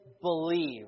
believe